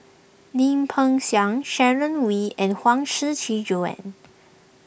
Lim Peng Siang Sharon Wee and Huang Shiqi Joan